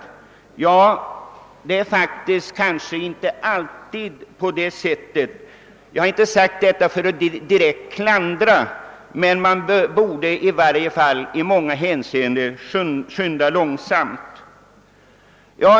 Kanske är det inte alltid på det sättet. Jag säger inte detta för att klandra, men i många hänseenden borde man skynda långsamt.